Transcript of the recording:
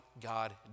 God